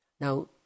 Now